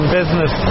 business